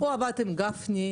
הוא עבד עם גפני,